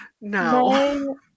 No